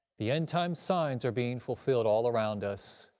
the end-time signs are being fulfilled all around us.